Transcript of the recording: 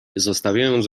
zostawiając